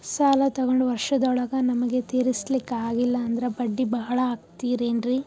ಸಾಲ ತೊಗೊಂಡು ವರ್ಷದೋಳಗ ನಮಗೆ ತೀರಿಸ್ಲಿಕಾ ಆಗಿಲ್ಲಾ ಅಂದ್ರ ಬಡ್ಡಿ ಬಹಳಾ ಆಗತಿರೆನ್ರಿ?